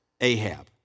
Ahab